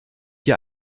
dir